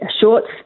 shorts